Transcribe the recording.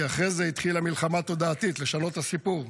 כי אחרי זה התחילה מלחמה תודעתית לשנות את הסיפור.